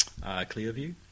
Clearview